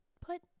Put